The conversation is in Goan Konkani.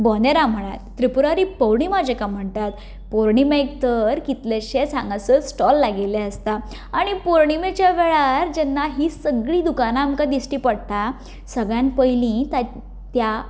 बोनेरा म्हळ्यार त्रिपुरारी पुर्णीमा जाका म्हणटात पुर्णीमेक तर कितलेशेच हांगासर स्टॉल लायिल्ले आसता आनी पुर्णीमेचे वेळार जेन्ना ही सगळी दुकांना आमकां दिश्टी पडटात सगळ्यांत पयलीं तां त्या